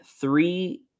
three